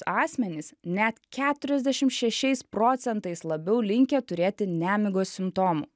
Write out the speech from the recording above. asmenys net keturiasdešim šešiais procentais labiau linkę turėti nemigos simptomų